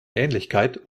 ähnlichkeit